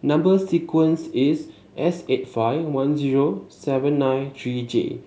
number sequence is S eight five one zero seven nine three J